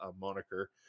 moniker